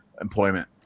employment